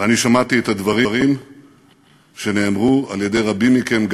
ושמעתי את הדברים שנאמרו על-ידי רבים מכם,